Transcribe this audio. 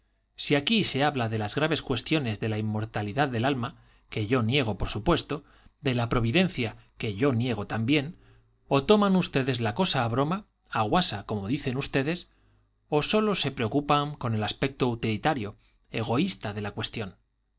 si aquí se habla de las graves cuestiones de la inmortalidad del alma que yo niego por supuesto de la providencia que yo niego también o toman ustedes la cosa a broma a guasa como dicen ustedes o sólo se preocupan con el aspecto utilitario egoísta de la cuestión